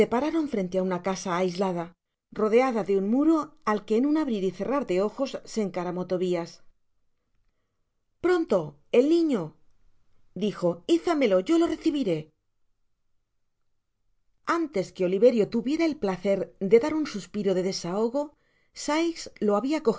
fronte de una casa aislada rodeada de un muro al que en un abrir y cerrar de ojos se encaramó tobias pronto el niño dijo hizamelo yo lo recibiré antes que oliverio tuviera el placer de dar un suspiro de desahogo sikes lo habia